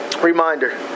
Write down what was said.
reminder